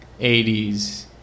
80s